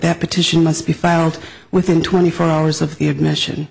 that petition must be filed within twenty four hours of admission